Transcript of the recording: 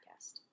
podcast